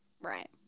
Right